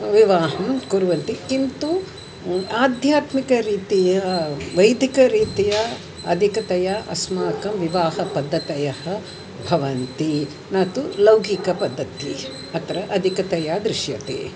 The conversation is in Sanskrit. विवाहं कुर्वन्ति किन्तु आध्यात्मिकरीत्या वैदिकरीत्या अधिकतया अस्माकं विवाहपद्धतयः भवन्ति न तु लौकिकपद्धतिः अत्र अधिकतया दृश्यते